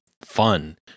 fun